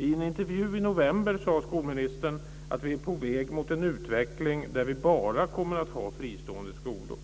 I en intervju i november sade skolministern att vi är på väg mot en utveckling där vi bara kommer att ha fristående skolor.